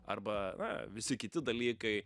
arba na visi kiti dalykai